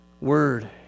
word